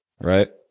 Right